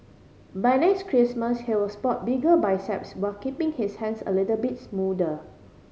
by next Christmas he will spot bigger biceps while keeping his hands a little bit smoother